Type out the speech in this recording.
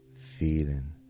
feeling